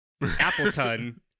Appleton